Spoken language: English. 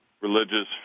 religious